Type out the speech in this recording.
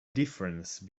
difference